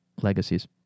legacies